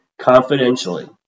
confidentially